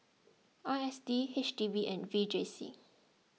I S D H D B and V J C